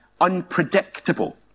Unpredictable